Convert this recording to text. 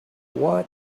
what